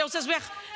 אני רוצה להסביר לך.